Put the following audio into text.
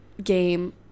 game